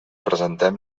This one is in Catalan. presentem